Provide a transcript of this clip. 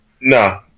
No